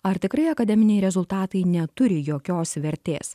ar tikrai akademiniai rezultatai neturi jokios vertės